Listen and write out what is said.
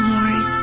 Lord